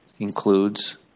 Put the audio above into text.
includes